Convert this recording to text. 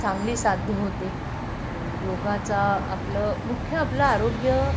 चांगली साध्य होते आणि योगाचा आपलं मुख्य आपलं आरोग्य